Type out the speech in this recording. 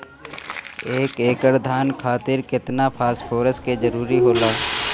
एक एकड़ धान खातीर केतना फास्फोरस के जरूरी होला?